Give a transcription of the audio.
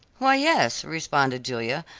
why, yes, responded julia,